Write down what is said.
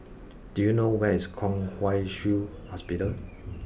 do you know where is Kwong Wai Shiu Hospital